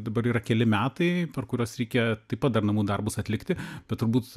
dabar yra keli metai per kuriuos reikia taip pat dar namų darbus atlikti bet turbūt